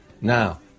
Now